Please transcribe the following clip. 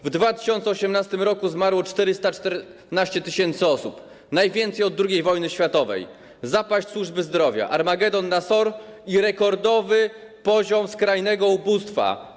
W 2018 r. zmarło 414 tys. osób, najwięcej od II wojny światowej, zapaść służby zdrowia, armagedon na SOR i rekordowy poziom skrajnego ubóstwa.